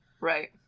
Right